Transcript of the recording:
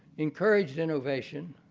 encouraged innovation,